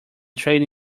trade